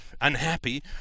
unhappy